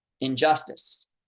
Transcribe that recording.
injustice